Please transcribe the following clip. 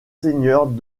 seigneurs